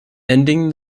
ending